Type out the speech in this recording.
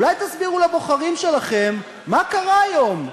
אולי תסבירו לבוחרים שלכם מה קרה היום.